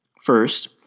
First